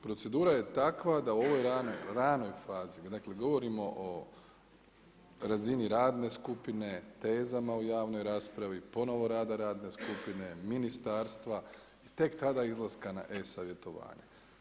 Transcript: Procedura je takva, da u ovoj ranoj fazi, dakle, govorimo o razini javne skupine, tezama u javnoj raspravi, ponovno rada radne skupine, ministarstva, tek tada izlaska na e-savjetovanje.